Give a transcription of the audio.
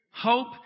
Hope